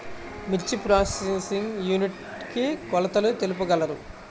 మిర్చి processing unit కి కొలతలు తెలుపగలరు?